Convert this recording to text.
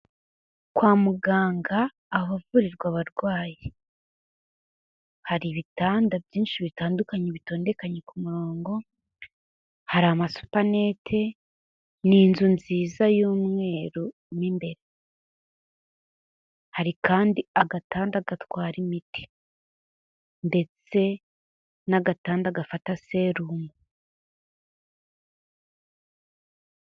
Kwa muganga ahavurirwa abarwayi, hari ibitanda byinshi bitandukanye bitondekanye ku murongo, hari amasupanete, ni inzu nziza y'umweru mo imbere, hari kandi agatanda gatwara imiti ndetse n'agatanda gafata serumu.